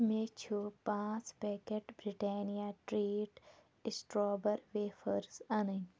مےٚ چھُ پانٛژ packet Britannia treat strawberry wafers اَنٕنۍ